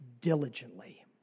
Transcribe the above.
diligently